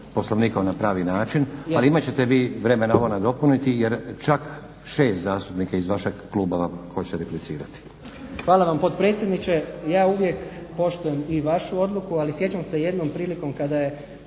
poslovnikom na pravi način, ali imati ćete vi vremena ovo nadopuniti jer čak 6 zastupnika iz vašeg kluba vam hoće replicirati.